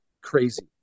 crazy